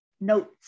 notes